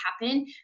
happen